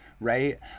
right